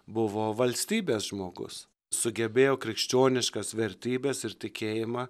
buvo valstybės žmogus sugebėjo krikščioniškas vertybes ir tikėjimą